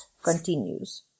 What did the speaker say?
continues